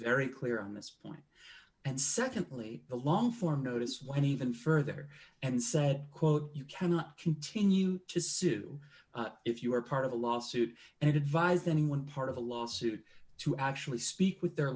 very clear on this point and secondly the long form notice when even further and said quote you cannot continue to sue if you are part of a lawsuit and advise then one part of a lawsuit to actually speak with their